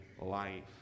life